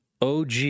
OG